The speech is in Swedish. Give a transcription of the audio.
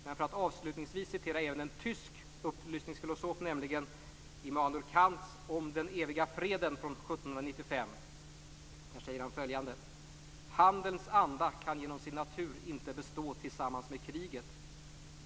Men för att avslutningsvis åberopa även en tysk upplysningsfilosof vill jag ta ett citat ur Immanuel Kants Till den eviga freden från 1795: "Handelns anda kan genom sin natur inte bestå tillsammans med kriget.